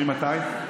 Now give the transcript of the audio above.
ממתי?